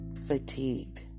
fatigued